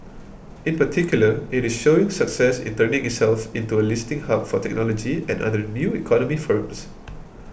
in particular it is showing success in turning itself into a listing hub for technology and other new economy firms